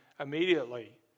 immediately